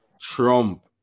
Trump